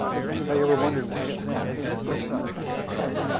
if anybody ever wondered why it's called heliophysics, i think i've tried